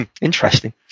interesting